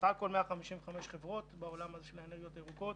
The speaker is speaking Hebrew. בסך הכול מדובר על 155 חברות בנושא של האנרגיות הירוקות,